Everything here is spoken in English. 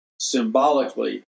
symbolically